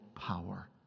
power